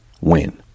Win